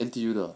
N_T_U 的